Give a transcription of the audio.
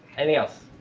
anything else?